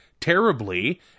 terribly